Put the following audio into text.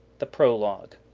the prologue.